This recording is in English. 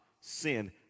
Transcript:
sin